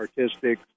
artistic